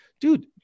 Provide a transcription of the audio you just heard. Dude